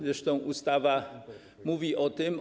Zresztą ustawa mówi o tym.